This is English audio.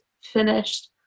finished